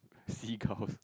seagulls